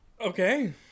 Okay